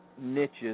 niches